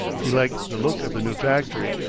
he liked the look of the new factory,